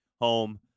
home